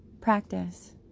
practice